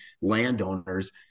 landowners